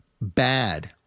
Bad